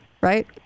right